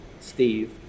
Steve